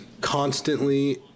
constantly